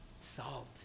salt